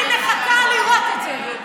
אני מחכה לראות את זה.